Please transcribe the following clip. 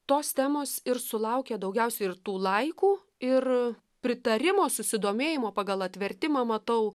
tos temos ir sulaukė daugiausiai ir tų laikų ir pritarimo susidomėjimo pagal atvertimą matau